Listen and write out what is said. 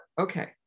Okay